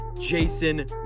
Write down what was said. Jason